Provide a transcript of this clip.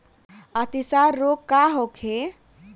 अतिसार रोग का होखे?